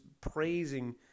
praising